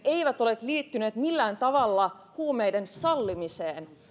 eivät ole liittyneet millään tavalla huumeiden sallimiseen